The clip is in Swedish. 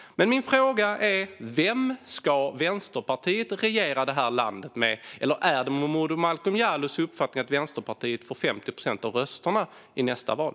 Men min fråga är: Vem ska Vänsterpartiet regera detta land med? Eller är det Momodou Malcolm Jallows uppfattning att Vänsterpartiet kommer att få 50 procent av rösterna i nästa val?